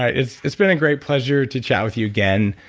ah it's it's been a great pleasure to chat with you again.